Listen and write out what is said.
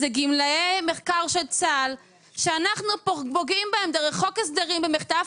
זה גמלאי מחקר של צה"ל שאנחנו פוגעים בהם דרך חוק הסדרים במחטף,